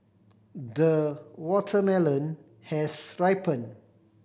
the watermelon has ripened